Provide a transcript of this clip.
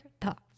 thoughts